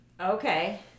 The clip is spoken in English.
Okay